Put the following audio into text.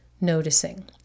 noticing